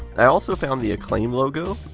i also found the acclaim logo,